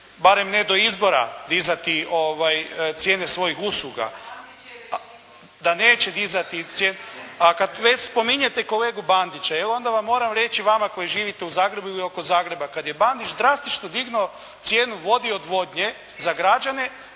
barem ne do izbora dizati cijene svojih usluga. A kad već spominjete kolegu Bandića, evo onda vam moram reći, vama koji živite u Zagrebu ili oko Zagreba. Kad je Bandić drastično dignuo cijenu vode i odvodnje za građane,